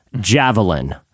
javelin